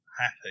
Happy